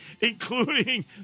including